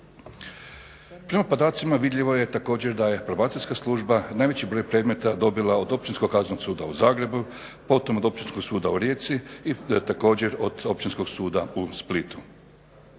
Prema podacima vidljivo je da je Probacijska služba najveći broj predmeta dobila od Općinskog kaznenog suda u Zagrebu, potom od Općinskog suda u Rijeci i također od Općinskog suda u Splitu.